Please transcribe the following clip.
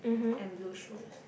and blue shoes